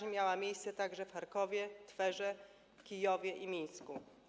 Kaźń miała miejsce także w Charkowie, Twerze, Kijowie i Mińsku.